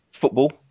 football